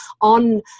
on